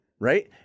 right